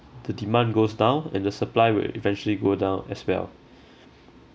the demand goes down and the supply will eventually go down as well